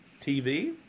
TV